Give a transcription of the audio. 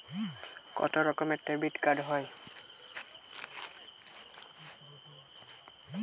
কত রকমের ডেবিটকার্ড হয়?